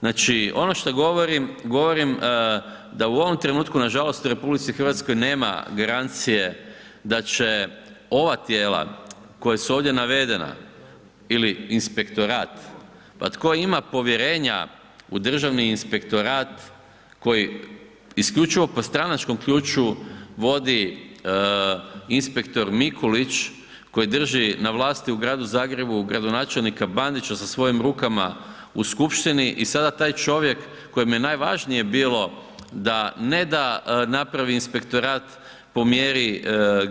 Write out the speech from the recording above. Znači, ono što govorim, govorim da u ovom trenutku nažalost u RH nema garancije da će ova tijela koja su ovdje navedena ili inspektorat, pa tko ima povjerenja u Državni inspektorat koji isključivo po stranačkom ključu vodi inspektor Mikulić koji drži na vlasti u gradu Zagrebu gradonačelnika Bandića sa svojim rukama u skupštini i sada taj čovjek kojem je najvažnije bilo ne da napravi inspektora po mjeri